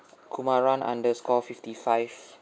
kumaran undercore fifty five